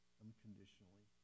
unconditionally